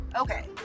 okay